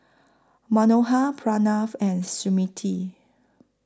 Manohar Pranav and Smriti